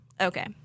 Okay